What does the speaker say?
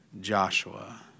Joshua